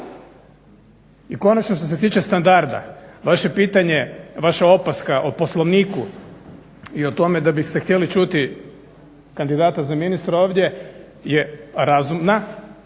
I konačno što se tiče standarda, vaše pitanje, vaša opaska o poslovniku i o tome da biste htjeli čuti kandidata za ministra ovdje je razumna,